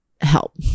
help